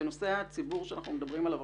לנושא הציבור עליו אנחנו מדברים עכשיו,